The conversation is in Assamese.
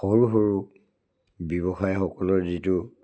সৰু সৰু ব্যৱসায়সকলৰ যিটো